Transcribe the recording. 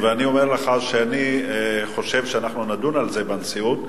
ואני אומר לך שאני חושב שאנחנו נדון על זה בנשיאות.